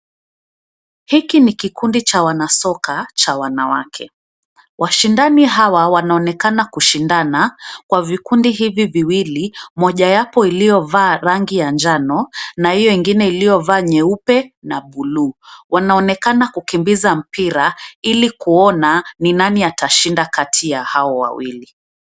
Hiki ni kikundi cha wanasoka cha wanawake. Washindani hawa wanaonekana kushindana kwa vikundi hivi viwili moja yapo iliyovaa rangi ya njano na hiyo ingine iliyovaa nyeupe na buluu. Wanaonekana kukimbiza mpira ili kuona ni nani atashinda kati ya hao wawili.